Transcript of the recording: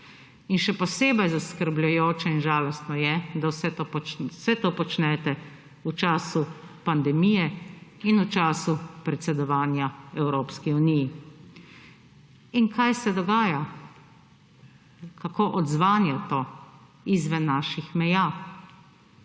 In še posebej zaskrbljujoče in žalostno je, da vse to počnete v času pandemije in v času predsedovanja Evropski uniji. In kaj se dogaja, kako odzvanje to izven naših meja?